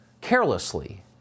carelessly